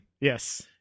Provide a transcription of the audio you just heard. Yes